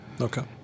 Okay